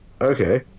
okay